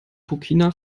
burkina